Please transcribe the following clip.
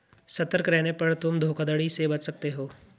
सतर्क रहने पर तुम धोखाधड़ी से बच सकते हो